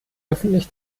öffentlich